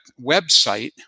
website